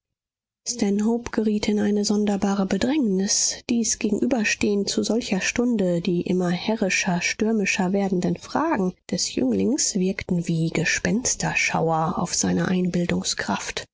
geriet in eine sonderbare bedrängnis dies gegenüberstehen zu solcher stunde die immer herrischer stürmischer werdenden fragen des jünglings wirkten wie gespensterschauer auf seine